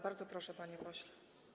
Bardzo proszę, panie pośle.